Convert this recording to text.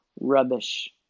rubbish